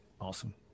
awesome